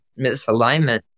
misalignment